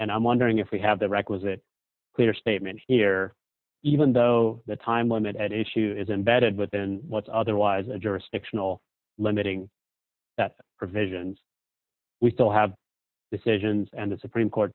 and i'm wondering if we have the requisite clear statement here even though the time limit at issue is embedded within what's otherwise a jurisdictional limiting that provisions we still have decisions and the supreme court